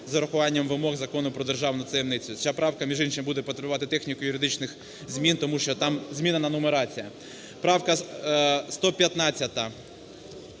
з урахуванням вимог Закону "Про державну таємницю". Ця правка, між іншим, буде потребувати техніко-юридичних змін, тому що там змінена нумерація. Правка 115.